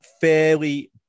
fairly